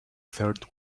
third